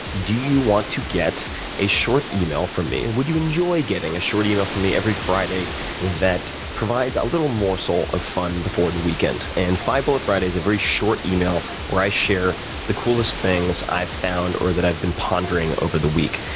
do you want to get a short email from me? would you enjoy getting a short email from me every friday that provides a little more sort of fun before the weekend? and five bullet friday is a very short email where i share the coolest things i've found, or that i've been pondering over the week.